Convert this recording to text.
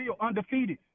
undefeated